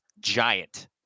giant